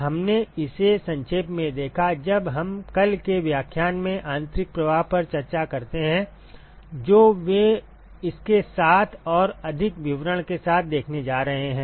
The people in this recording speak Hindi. हमने इसे संक्षेप में देखा जब हम कल के व्याख्यान में आंतरिक प्रवाह पर चर्चा करते हैं जो वे इसके साथ और अधिक विवरण के साथ देखने जा रहे हैं